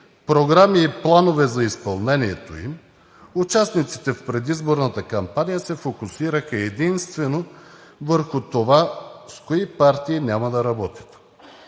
програми и планове за изпълнението им, участниците в предизборната кампания се фокусираха единствено върху това с кои партии няма да работят,